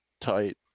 tight